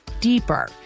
deeper